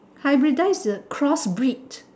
hybridize is a cross breed